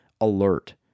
alert